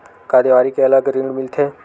का देवारी के अलग ऋण मिलथे?